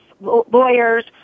lawyers